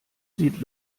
sieht